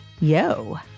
yo